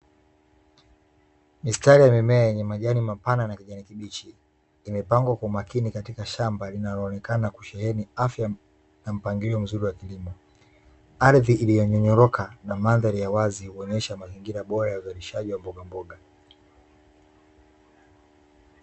Mistari ya mimea yenye majani mapana na kijani kibichi, imepangwa kwa umakini katika shamba linaloonekana kusheheni afya na mpangilio mzuri wa kilimo. Ardhi iliyonyonyoroka na mandhari ya wazi, huonyesha mazingira bora uzalishaji wa mbogamboga.